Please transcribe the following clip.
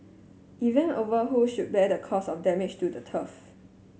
event over who should bear the cost of damage to the turf